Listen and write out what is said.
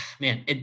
man